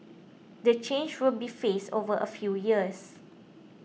the change will be phased over a few years